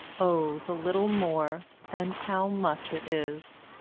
oh, the little more, and how much it is!